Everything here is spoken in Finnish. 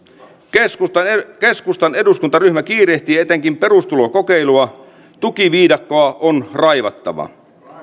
keskustan keskustan eduskuntaryhmä kiirehtii etenkin perusturvakokeilua tukiviidakkoa on raivattava